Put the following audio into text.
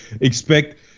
expect